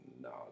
no